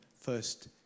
first